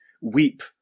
Weep